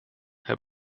herr